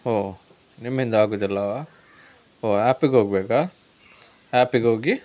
ಓಹ್ ನಿಮ್ಮಿಂದ ಆಗುದಿಲ್ಲವಾ ಓಹ್ ಆ್ಯಪಿಗೆ ಹೋಗ್ಬೇಕಾ ಆ್ಯಪಿಗೆ ಹೋಗಿ